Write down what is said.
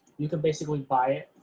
you can basically buy it